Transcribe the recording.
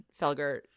Felger